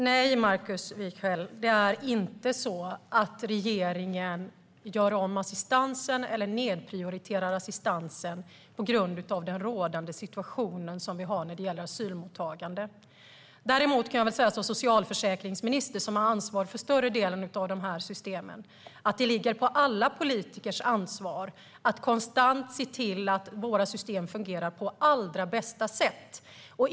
Herr talman! Nej, Markus Wiechel, regeringen gör inte om assistansen eller nedprioriterar den på grund av rådande situation när det gäller asylmottagandet. Däremot kan jag som socialförsäkringsminister, som har ansvar för större delen av dessa system, säga att det ligger på alla politikers ansvar att konstant se till att våra system fungerar på allra bästa sätt.